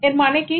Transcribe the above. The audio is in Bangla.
এর মানে কি